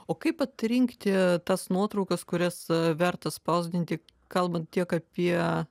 o kaip atrinkti tas nuotraukas kurias verta spausdinti kalbant tiek apie